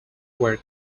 were